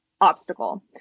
obstacle